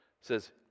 says